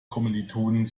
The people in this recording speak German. kommilitonen